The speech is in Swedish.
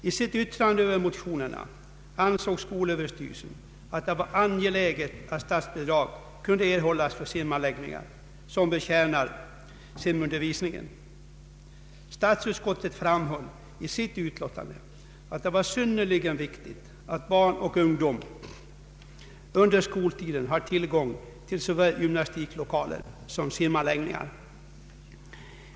I sitt yttrande över motionerna ansåg skolöverstyrelsen det angeläget att statsbidrag kunde erhållas för simanläggningar som betjänar simundervisning. Statsutskottet framhöll i sitt utlåtande att det är synnerligen viktigt att barn och ungdom under skoltiden har tillgång till såväl gymnastiklokaler som simanläggningar.